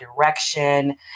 direction